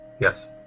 Yes